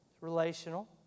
Relational